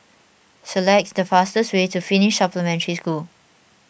select the fastest way to Finnish Supplementary School